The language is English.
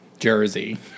Jersey